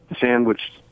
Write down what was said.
sandwiched